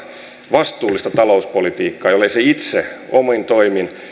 vastuullista talouspolitiikkaa jollei se itse omin toimin